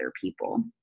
people